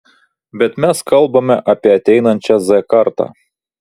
bet mes kalbame apie ateinančią z kartą